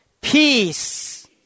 peace